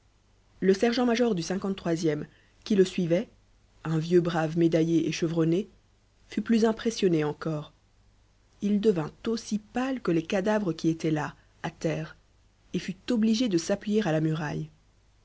le sergent-major du e qui le suivait un vieux brave médaillé et chevronné fut plus impressionné encore il devint aussi pâle que les cadavres qui étaient là à terre et fut obligé de s'appuyer à la muraille